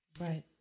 Right